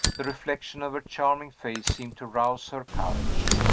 the reflection of her charming face seemed to rouse her courage.